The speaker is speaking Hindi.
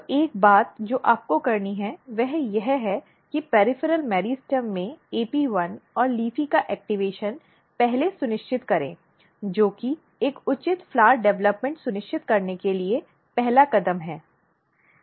तो एक बात जो आपको करनी है वह यह है कि परिधीय मेरिस्टेम में AP1 और LEAFY का सक्रियण पहले सुनिश्चित करें जो कि एक उचित फूल विकास सुनिश्चित करने के लिए पहला कदम है